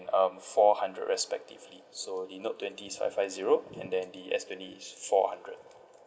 um four hundred respectively so the note twenty is five five zero and then the S twenty is four hundred